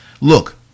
Look